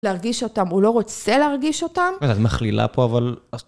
להרגיש אותם, הוא לא רוצה להרגיש אותם. את מכלילה פה, אבל...